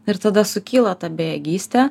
ir tada sukyla ta bejėgystė